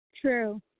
true